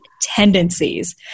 tendencies